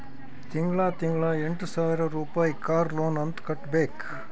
ತಿಂಗಳಾ ತಿಂಗಳಾ ಎಂಟ ಸಾವಿರ್ ರುಪಾಯಿ ಕಾರ್ ಲೋನ್ ಅಂತ್ ಕಟ್ಬೇಕ್